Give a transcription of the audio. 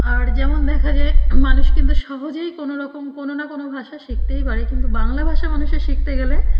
আর যেমন দেখা যায় মানুষ কিন্তু সহজেই কোনো রকম কোনো না কোনো ভাষা শিখতেই পারে কিন্তু বাংলা ভাষা মানুষের শিখতে গেলে